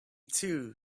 too